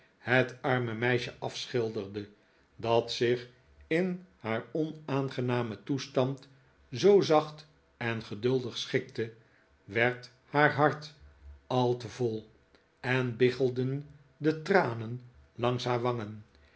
het arme meisje afschilderde dat zich in haar onaangenamen toestand zoo zacht en geduldig schikte werd haar hart al te vol en biggelden de tranen